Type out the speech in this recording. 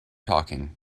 talking